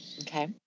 Okay